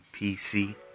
PC